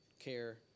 care